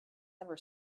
ever